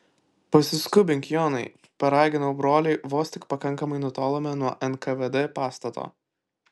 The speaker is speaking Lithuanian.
pasiskubink jonai paraginau brolį vos tik pakankamai nutolome nuo nkvd pastato